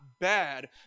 bad